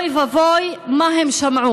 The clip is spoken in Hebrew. אוי ואבוי, מה הם שמעו: